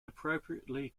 appropriately